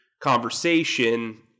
conversation